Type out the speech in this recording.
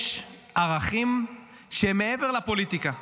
יש ערכים שמעבר לפוליטיקה,